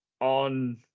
on